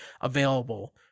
available